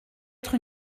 être